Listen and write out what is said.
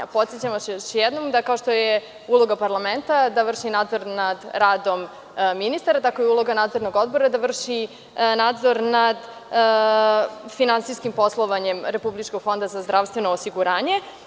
Podsećam vas još jednom da kao što je uloga parlamenta da vrši nadzor nad radom ministra, tako je i uloga Nadzornog odbora da vrši nadzor nad finansijskim poslovanjem Republičkog fonda za zdravstveno osiguranje.